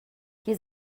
hier